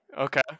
Okay